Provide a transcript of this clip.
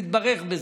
נתברך בזה.